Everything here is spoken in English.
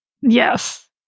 yes